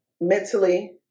mentally